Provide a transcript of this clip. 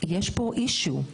יש פה אישיו,